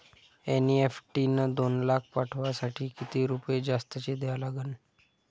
NEFT न दोन लाख पाठवासाठी किती रुपये जास्तचे द्या लागन?